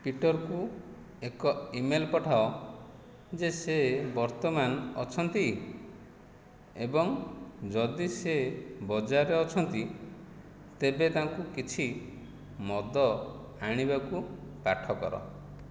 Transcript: ପିଟର୍କୁ ଏକ ଇମେଲ୍ ପଠାଅ ଯେ ସେ ବର୍ତ୍ତମାନ ଅଛନ୍ତି ଏବଂ ଯଦି ସେ ବଜାରରେ ଅଛନ୍ତି ତେବେ ତାଙ୍କୁ କିଛି ମଦ ଆଣିବାକୁ ପାଠ କର